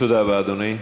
תודה רבה, אדוני.